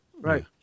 Right